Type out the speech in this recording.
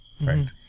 right